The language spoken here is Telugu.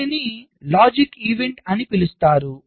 దీనిని లాజిక్ ఈవెంట్ అని పిలుస్తారు